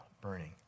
burning